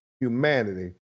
humanity